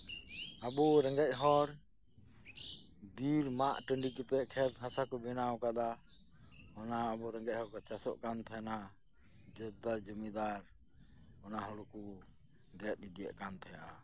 ᱟᱵᱚ ᱨᱮᱸᱜᱮᱡ ᱦᱚᱲ ᱵᱤᱨ ᱢᱟᱜ ᱴᱟᱺᱰᱤ ᱠᱟᱛᱮ ᱠᱷᱮᱛ ᱦᱟᱥᱟ ᱠᱚ ᱵᱮᱱᱟᱣ ᱠᱟᱫᱟ ᱚᱱᱟ ᱟᱵᱚ ᱨᱮᱸᱜᱮᱡ ᱦᱚᱲ ᱠᱚ ᱪᱟᱥᱚᱜ ᱠᱟᱱ ᱛᱟᱦᱮᱸᱱᱟ ᱡᱳᱫᱼᱫᱟᱨ ᱡᱚᱢᱤᱫᱟᱨ ᱚᱱᱟ ᱦᱩᱲᱩ ᱠᱚ ᱜᱮᱫ ᱤᱫᱤᱭᱮᱫ ᱠᱟᱱ ᱛᱟᱦᱮᱸᱱᱟ